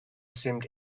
seemed